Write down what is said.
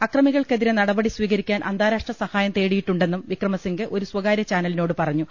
ആക്രമികൾക്കെതിരെ നടപടി സ്വീകരിക്കാൻ അന്താരാഷ്ട്ര സഹായം തേടിയിട്ടുണ്ടെന്നും വിക്രമസിംഗെ ഒരു സ്ഥകാര്യ ചാന ലിനോട് പറഞ്ഞു